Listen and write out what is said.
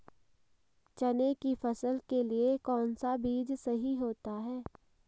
चने की फसल के लिए कौनसा बीज सही होता है?